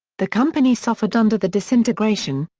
the company suffered under the disintegration,